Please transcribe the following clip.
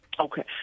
Okay